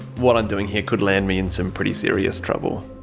what i'm doing here could land me in some pretty serious trouble.